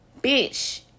Bitch